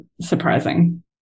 surprising